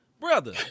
Brother